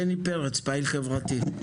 בני פרץ, פעיל חברתי.